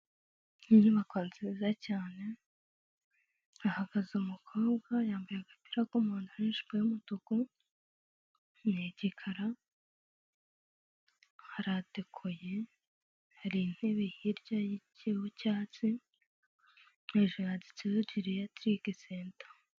Inyubako nziza cyane, hahagaze umukobwa yambaye agapira k'umuhondo n'ijipo y'umutuku, ni igkara, haradekoye hari intebe hirya y'icyatsi hejuru yanditseho giliatrick center.